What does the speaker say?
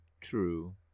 True